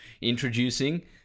Introducing